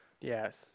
Yes